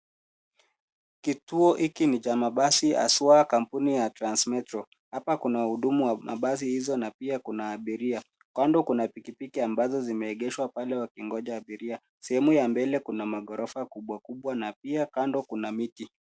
Kituo hiki ni cha mabasi hasa kampuni ya Trans Metro. Hapa kuna wahudumu wa mabasi hizo na pia kuna abiria. Kando kuna pikipiki ambazo zimeegeshwa pale wakigonja abiria. Sehemu ya mbele kuna maghorofa kubwa kubwa na pia kando kuna miti.